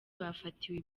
bafatiwe